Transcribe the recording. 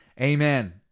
Amen